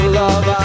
love